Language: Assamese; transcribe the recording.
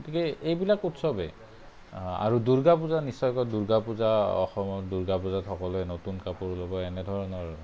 গতিকে এইবিলাক উৎসৱেই আৰু দুৰ্গা পূজা নিশ্চয়কৈ দুৰ্গা পূজা অসমৰ দুৰ্গা পূজাত সকলোৱে নতুন কাপোৰ ল'ব এনেধৰণৰ আৰু